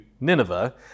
Nineveh